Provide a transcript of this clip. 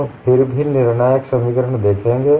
हम फिर भी निर्णायक समीकरण देखेंगें